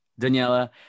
Daniela